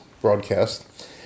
broadcast